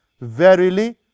verily